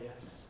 yes